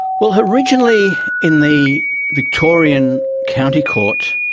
well, originally in the victorian county court,